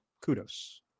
kudos